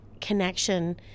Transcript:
connection